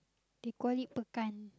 they call it pekan